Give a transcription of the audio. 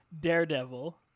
Daredevil